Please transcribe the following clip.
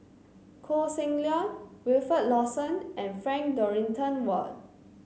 Koh Seng Leong Wilfed Lawson and Frank Dorrington Ward